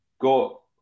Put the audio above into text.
go